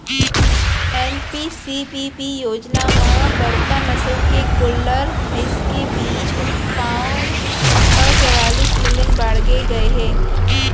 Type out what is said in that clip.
NPCBB योजना म बड़का नसल के गोल्लर, भईंस के बीज उत्पाउन ह चवालिस मिलियन बाड़गे गए हे